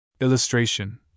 Illustration